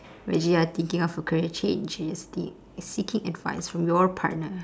imagine you are thinking of a career change and you are seeking seeking advice from your partner